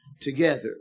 together